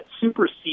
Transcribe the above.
supersede